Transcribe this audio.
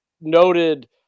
noted